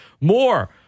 More